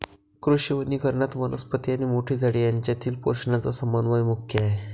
कृषी वनीकरणात, वनस्पती आणि मोठी झाडे यांच्यातील पोषणाचा समन्वय मुख्य आहे